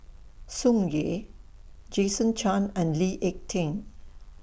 Tsung Yeh Jason Chan and Lee Ek Tieng